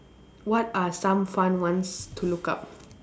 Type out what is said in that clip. what are some fun ones to look up